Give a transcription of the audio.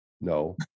No